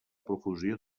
profusió